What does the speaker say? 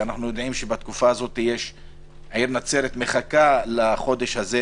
ואנחנו יודעים שהעיר נצרת מחכה לחודש הזה,